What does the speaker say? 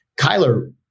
Kyler